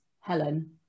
Helen